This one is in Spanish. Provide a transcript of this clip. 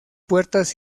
puertas